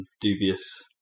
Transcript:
dubious